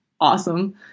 awesome